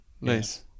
nice